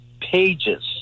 pages